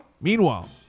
Meanwhile